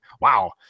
wow